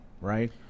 right